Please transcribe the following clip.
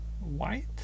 white